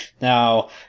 Now